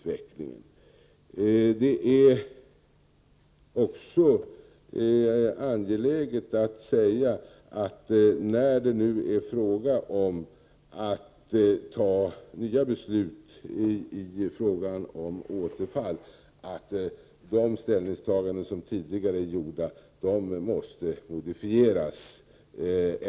Vidare är det angeläget att säga att när det nu är fråga om att fatta nya beslut beträffande återfallen måste tidigare gjorda ställningstaganden modifieras.